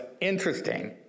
interesting